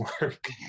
work